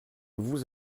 vous